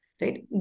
right